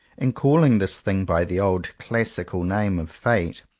in calling this thing by the old classical name of fate,